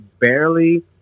barely